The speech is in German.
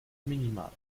minima